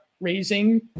raising